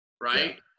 right